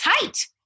tight